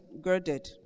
girded